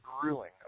grueling